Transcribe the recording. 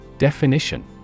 Definition